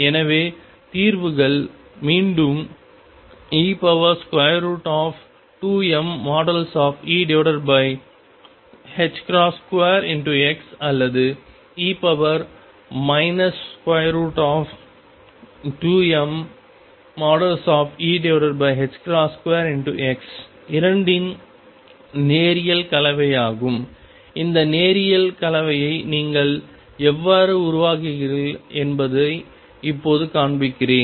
எனவே தீர்வுகள் மீண்டும் e2mE2xஅல்லது e 2mE2x இரண்டின் நேரியல் கலவையாகும் இந்த நேரியல் கலவையை நீங்கள் எவ்வாறு உருவாக்குகிறீர்கள் என்பதை இப்போது காண்பிக்கிறேன்